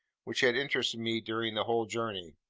which had interested me during the whole journey.